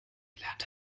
gelernt